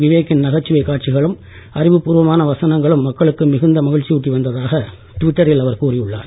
விவேக்கின் நகைச்சுவை காட்சிகளும் அறிவுப்பூர்வமான வசனங்களும் மக்களுக்கு மிகுந்த மகிழ்ச்சியூட்டி வந்ததாக ட்விட்டரில் அவர் கூறியுள்ளார்